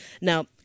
Now